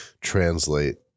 translate